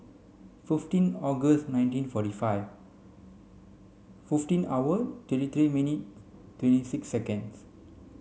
fifteen August nineteen forty five fifteen hour thirty three minute twenty six second